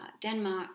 Denmark